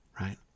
right